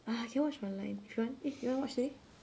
uh can watch online if you want eh you want to watch today